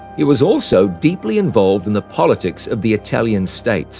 he was also deeply involved in the politics of the italian states